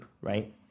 right